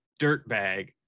dirtbag